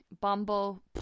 Bumble